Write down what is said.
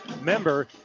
member